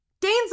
Dane's